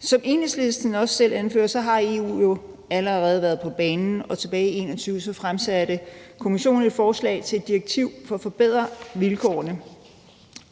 Som Enhedslisten også selv anfører, har EU jo allerede været på banen, og tilbage i 2021 fremsatte Kommissionen et forslag til et direktiv for at forbedre vilkårene.